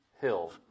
hill